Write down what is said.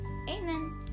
Amen